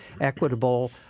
equitable